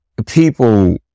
people